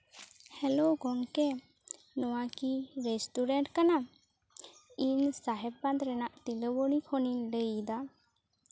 hello ᱜᱚᱢᱠᱮ ᱱᱚᱣᱟ ᱠᱤ ᱨᱮᱥᱴᱩᱨᱮᱱᱴ ᱠᱟᱱᱟ ᱤᱧ ᱥᱟᱦᱮᱵᱽᱵᱟᱸᱫᱷ ᱨᱮᱱᱟᱜ ᱛᱤᱞᱟᱹᱵᱚᱱᱤ ᱠᱷᱚᱱᱤᱧ ᱞᱟᱹᱭᱫᱟ